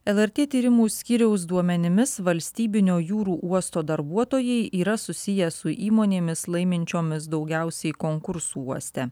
lrt tyrimų skyriaus duomenimis valstybinio jūrų uosto darbuotojai yra susiję su įmonėmis laiminčiomis daugiausiai konkursų uoste